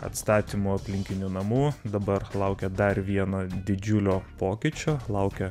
atstatymo aplinkinių namų dabar laukia dar vieno didžiulio pokyčio laukia